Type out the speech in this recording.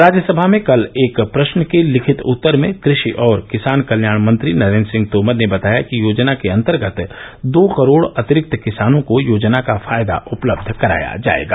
राज्य सभा में कल एक प्रश्न के लिखित उत्तर में क्रषि और किसान कल्याण मंत्री नरेन्द्र सिंह तोमर ने बताया कि योजना के अंतर्गत दो करोड़ अतिरिक्त किसानों को योजना का फायदा उपलब्ध कराया जाएगा